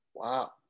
Wow